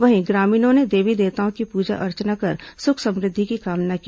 वहीं ग्रामीणों ने देवी देवताओं की पूजा अर्चना कर सुख समृद्धि की कामना की